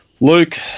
Luke